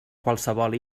qualsevol